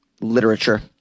literature